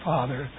Father